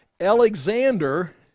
Alexander